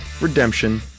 Redemption